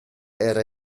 era